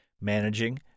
managing